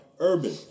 Urban